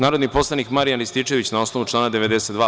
Narodni poslanik Marijan Rističević, na osnovu člana 92.